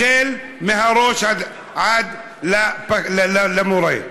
מהראש עד למורה?